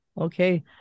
Okay